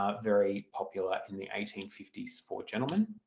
ah very popular in the eighteen fifty s for gentlemen.